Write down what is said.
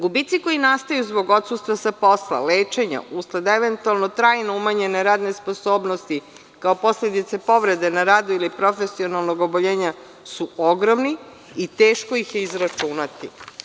Gubici koji nastaju zbog odsustva sa posla, lečenja, usled eventualno trajno umanjene radne sposobnosti kao posledice povrede na radu ili profesionalnog oboljenja su ogromni i teško ih je izračunati.